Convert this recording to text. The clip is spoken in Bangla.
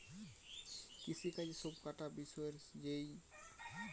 কৃষিকাজের সব কটা বিষয়ের যেই অর্থনীতি তাকে এগ্রিকালচারাল অর্থনীতি বলে